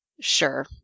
Sure